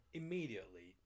immediately